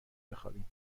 بخوابیم